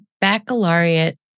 baccalaureate